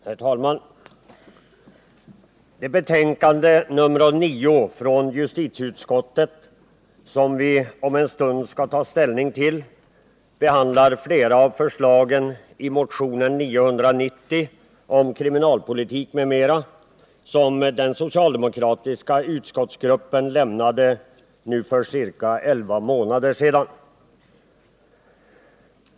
Herr talman! Det betänkande, nr 9 från justitieutskottet, som vi om en stund skall ta ställning till behandlar flera av förslagen i motionen 990 om kriminalpolitik m.m., som den socialdemokratiska utskottsgruppen lämnade för ca elva månader sedan.